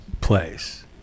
Place